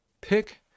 pick